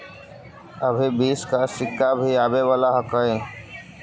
अभी बीस का सिक्का भी आवे वाला हई